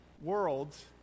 worlds